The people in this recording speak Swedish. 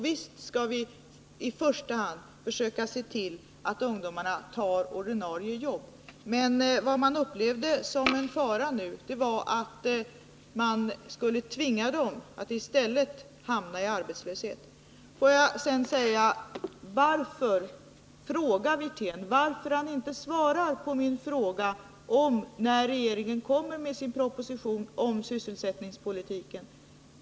Visst skall vi i första hand försöka se till att ungdomarna tar ordinarie jobb, men vad man upplevde som en fara nu var att de skulle tvingas att i stället hamna i arbetslöshet. Varför svarar inte Rolf Wirtén på min fråga om när regeringen kommer med sin proposition om sysselsättningspolitiken?